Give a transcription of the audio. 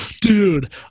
Dude